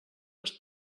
les